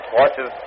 watches